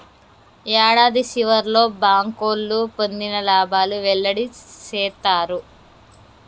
యాడాది సివర్లో బ్యాంకోళ్లు పొందిన లాబాలు వెల్లడి సేత్తారు